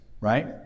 right